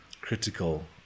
critical